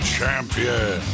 Champion